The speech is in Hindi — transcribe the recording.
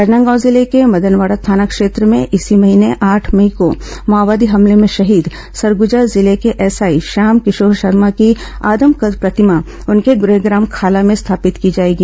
राजनांदगांव जिले के मदनवाड़ा थाना क्षेत्र में इसी महीने आठ मई को माओवादी हमले में शहीद सरगुजा जिले के एसआई श्याम किशोर शर्मा की आदमकद प्रतिमा उनके गृहग्राम खाला में स्थापित की जाएगी